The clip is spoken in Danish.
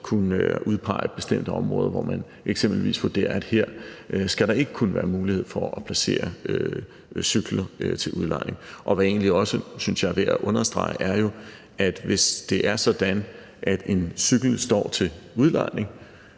kunne udpege et bestemt område, hvor man eksempelvis vurderer, at her skal der ikke kunne være mulighed for at placere cykler til udlejning. Og hvad der egentlig også, synes jeg, er værd at understrege, er jo, at hvis det er sådan, at en cykel står til udlejning